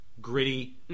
Gritty